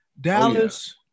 Dallas